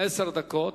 עשר דקות.